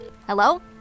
Hello